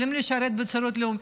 יכולים לשרת בשירות לאומי.